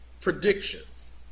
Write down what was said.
predictions